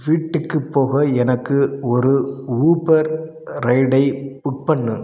வீட்டுக்கு போக எனக்கு ஒரு ஊபர் ரைடை புக் பண்ணு